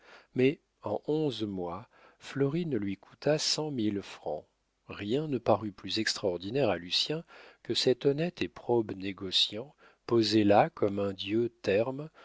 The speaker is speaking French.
mais en onze mois florine lui coûta cent mille francs rien ne parut plus extraordinaire à lucien que cet honnête et probe négociant posé là comme un dieu terme